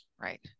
Right